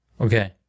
Okay